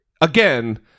again